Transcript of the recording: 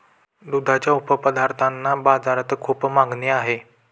दुधाच्या उपपदार्थांना बाजारात खूप मागणी आहे